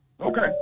Okay